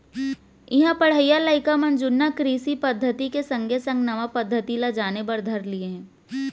इहां पढ़इया लइका मन ह जुन्ना कृषि पद्धति के संगे संग नवा पद्धति ल जाने बर धर लिये हें